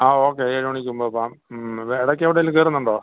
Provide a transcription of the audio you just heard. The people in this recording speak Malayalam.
ആ ഓക്കെ ഏഴ് മണിക്ക് മുമ്പേ പോകാം ഇടയ്ക്ക് എവിടെയെങ്കിലും കയറുന്നുണ്ടോ